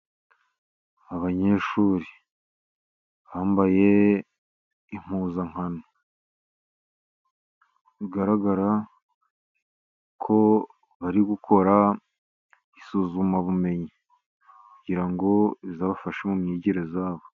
Abanyeshuri bambaye impuzankano, bigaragara ko bari gukora isuzumabumenyi kugira ngo bizabafashe mu myigire yabo.